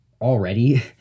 already